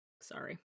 sorry